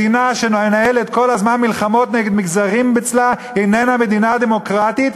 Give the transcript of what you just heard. מדינה שמנהלת כל הזמן מלחמות נגד מגזרים אצלה איננה מדינה דמוקרטית.